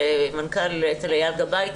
אצל אייל גבאי,